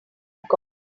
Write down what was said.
got